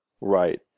Right